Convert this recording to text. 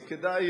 אז כדאי